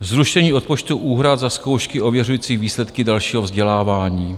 Zrušení odpočtu úhrad za zkoušky ověřující výsledky dalšího vzdělávání.